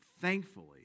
thankfully